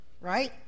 right